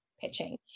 pitching